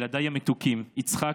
ילדיי המתוקים יצחק,